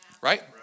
right